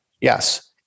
Yes